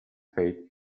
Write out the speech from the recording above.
fate